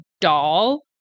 doll